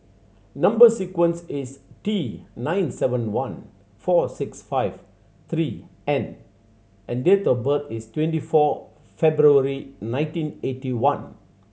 number sequence is T nine seven one four six five three N and date of birth is twenty four February nineteen eighty one